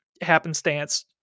happenstance